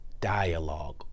dialogue